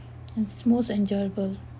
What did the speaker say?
and most enjoyable